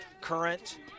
current